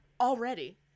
already